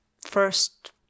first